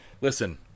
Listen